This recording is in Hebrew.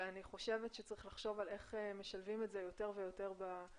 ואני חושבת שצריך לחשוב על איך משלבים את זה יותר ויותר בוועדות,